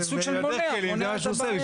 הוא סוג של מונע, מונע את הבעיה.